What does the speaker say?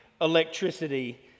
electricity